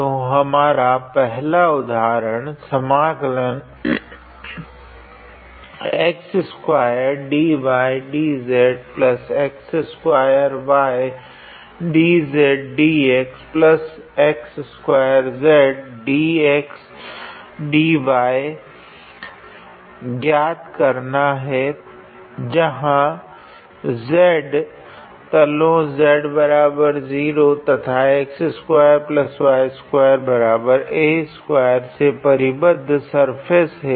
तो हमारा पहला उदाहरण ज्ञात करना है जहाँ S तलों z0 तथा x2y2a2 से परिबद्ध सर्फेस है